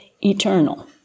eternal